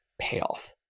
payoff